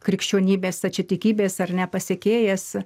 krikščionybės stačiatikybės ar ne pasekėjas